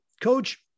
Coach